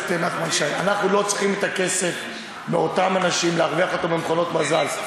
מאותם אנשים, להרוויח אותו במכונות מזל.